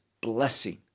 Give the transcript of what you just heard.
blessing